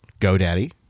GoDaddy